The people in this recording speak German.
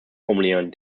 formulieren